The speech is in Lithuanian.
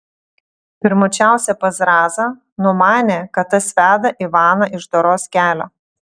pirmučiausia pas zrazą numanė kad tas veda ivaną iš doros kelio